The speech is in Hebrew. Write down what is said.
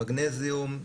מגנזיום,